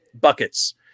buckets